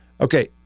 Okay